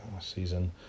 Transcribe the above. season